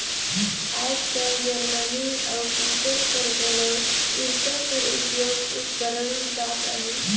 आएज काएल जरमनी अउ पीतल कर घलो इरता कर उपियोग करल जात अहे